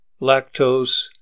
lactose